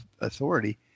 authority